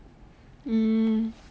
mm